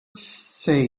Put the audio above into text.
say